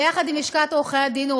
ביחד עם לשכת עורכי-הדין,